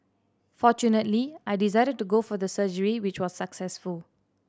fortunately I decided to go for the surgery which was successful